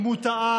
אם הוא טעה,